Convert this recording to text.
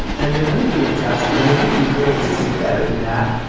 and there won't be a test, and there won't be grades. this is better than that.